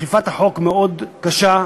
אכיפת החוק מאוד קשה,